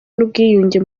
n’ubwiyunge